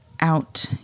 out